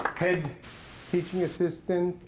head teaching assistant,